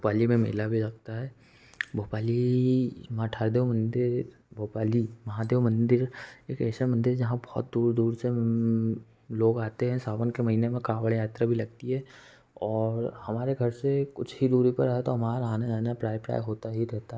भोपाली में मेला भी लगता है भोपाली मठार देव मंदिर भोपाली महादेव मंदिर एक ऐसा मंदिर है जहाँ बहुत दूर दूर से लोग आते हैं सावन के महीने में कावड़ यात्रा भी लगती है और हमारे घर से कुछ ही दूरी पर है तो हमारा आना जाना प्राय प्राय होता ही रहता है